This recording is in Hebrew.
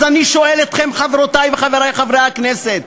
אז אני שואל אתכם, חברותי וחברי חברי הכנסת,